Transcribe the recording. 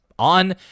On